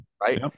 Right